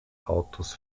autos